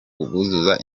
buzuza